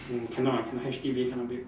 no cannot ah cannot H_D_B cannot build